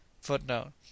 Footnote